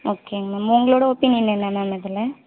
ஓகேங்க மேம் உங்களோட ஒப்பீனியன் என்ன மேம் இதில்